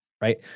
right